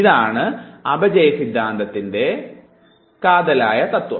ഇതിനെയാണ് അപചയ സിദ്ധാന്തം എന്ന് പറയുന്നത്